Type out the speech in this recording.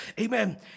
Amen